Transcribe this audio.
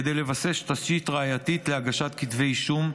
כדי לבסס תשתית ראייתית להגשת כתבי אישום,